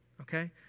Okay